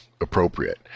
appropriate